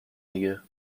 دیگه